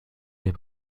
sehr